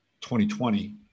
2020